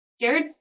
Jared